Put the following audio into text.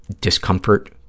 discomfort